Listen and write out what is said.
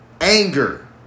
anger